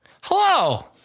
Hello